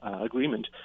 agreement